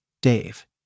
Dave